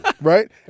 Right